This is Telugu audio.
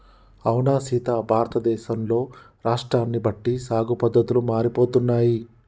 అవునా సీత భారతదేశంలో రాష్ట్రాన్ని బట్టి సాగు పద్దతులు మారిపోతున్నాయి